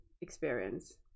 experience